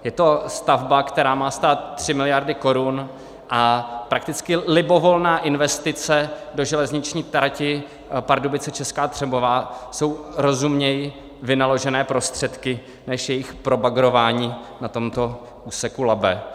Je to stavba, která má stát 3 miliardy korun a prakticky libovolná investice do železniční trati Pardubice Česká Třebová jsou rozumněji vynaložené prostředky než jejich probagrování na tomto úseku Labe.